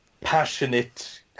passionate